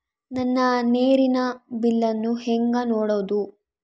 ನನ್ನ ನೇರಿನ ಬಿಲ್ಲನ್ನು ಹೆಂಗ ನೋಡದು?